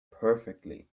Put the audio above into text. perfectly